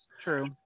True